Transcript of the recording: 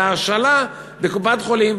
בהשאלה בקופת-חולים.